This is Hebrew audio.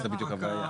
זאת בדיוק הבעיה.